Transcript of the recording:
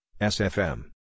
SFM